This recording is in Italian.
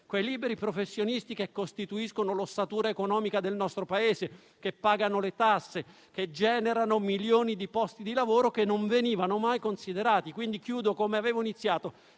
quei liberi professionisti che costituiscono l'ossatura economica del nostro Paese, che pagano le tasse, che generano milioni di posti di lavoro che non venivano mai considerati. Concludo come avevo iniziato: